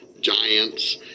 giants